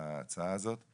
בהצעה הזאת.